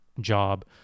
job